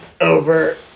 Over